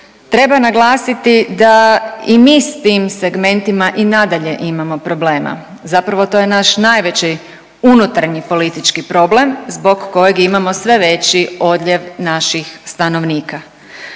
treba naglasiti da i mi sa tim segmentima i nadalje imamo problema. Zapravo to je naš najveći unutarnji politički problem zbog kojeg imamo sve veći odljev naših stanovnika.